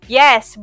yes